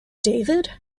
david